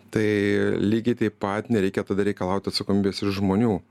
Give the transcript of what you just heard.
tai lygiai taip pat nereikia tada reikalauti atsakomybės iš žmonių